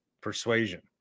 persuasion